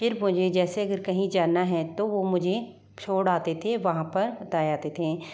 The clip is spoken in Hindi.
फिर मुझे जैसे अगर कहीं जाना है तो वह मुझे छोड़ आते थे वहाँ पर बताए आते थे